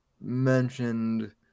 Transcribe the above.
mentioned